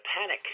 panic